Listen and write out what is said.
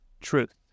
truth